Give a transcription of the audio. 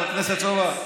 חבר הכנסת סובה,